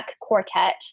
Quartet